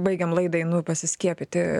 baigiam laidą einu pasiskiepyti